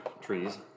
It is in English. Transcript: trees